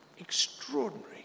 Extraordinary